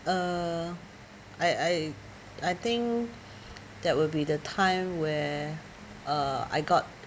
uh I I I think that would be the time where uh I got